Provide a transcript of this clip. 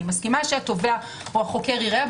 אני מסכימה שהתובע או החוקר יראה,